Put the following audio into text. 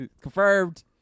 Confirmed